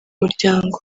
muryango